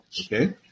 Okay